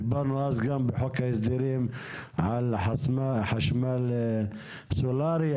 דיברנו אז גם בחוק ההסדרים על חשמל סולארי,